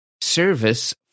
service